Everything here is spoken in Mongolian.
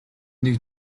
нэг